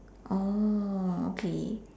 okay